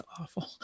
awful